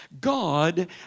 God